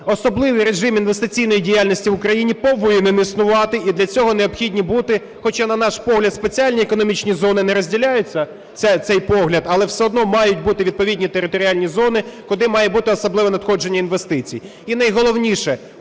особливий режим інвестиційної діяльності в Україні повинен існувати і для цього необхідні бути, хоча, на наш погляд, спеціальні економічні зони не розділяються, цей погляд, але все рівно мають бути відповідні територіальні зони, куди має бути особливе надходження інвестицій. І, найголовніше,